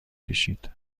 کشید